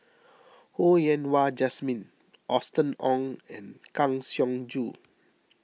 Ho Yen Wah Jesmine Austen Ong and Kang Siong Joo